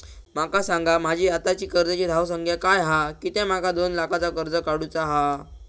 माका सांगा माझी आत्ताची कर्जाची धावसंख्या काय हा कित्या माका दोन लाखाचा कर्ज काढू चा हा?